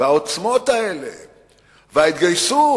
והעוצמות האלה וההתגייסות,